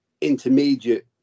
intermediate